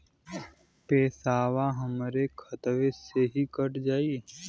पेसावा हमरा खतवे से ही कट जाई?